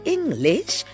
English